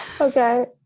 okay